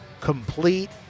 complete